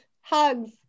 hugs